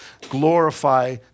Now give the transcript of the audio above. glorify